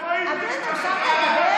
איפה היית, אביר, נרשמת לדבר?